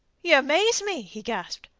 y'amaze me! he gasped.